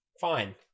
Fine